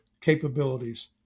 capabilities